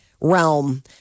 realm